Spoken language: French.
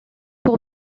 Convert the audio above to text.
pour